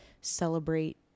celebrate